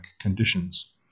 conditions